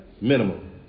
Minimum